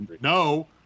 No